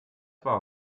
war